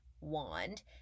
wand